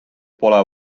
pole